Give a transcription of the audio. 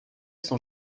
son